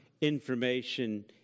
information